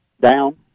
down